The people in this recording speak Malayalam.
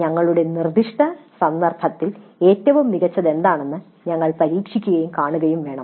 ഞങ്ങളുടെ നിർദ്ദിഷ്ട സന്ദർഭത്തിൽ ഏറ്റവും മികച്ചത് എന്താണെന്ന് ഞങ്ങൾ പരീക്ഷിക്കുകയും കാണുകയും വേണം